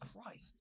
Christ